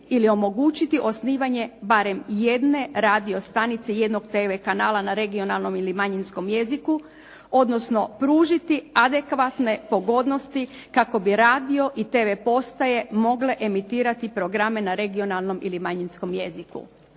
ili omogućiti osnivanje barem jedne radio stanice, jednog TV kanala na regionalnom ili manjinskom jeziku odnosno pružiti adekvatne pogodnosti kako bi radio i TV postaje mogle emitirati programe na regionalnom ili manjinskom jeziku.